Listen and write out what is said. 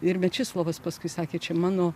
ir mečislovas paskui sakė čia mano